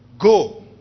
go